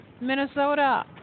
Minnesota